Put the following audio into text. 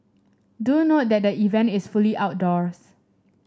do note that the event is fully outdoors